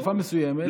לתקופה מסוימת.